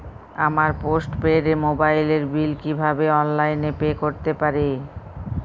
আমার postpaid মোবাইলের bill কীভাবে অনলাইনে পে করতে পারি?